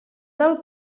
del